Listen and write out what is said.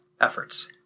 efforts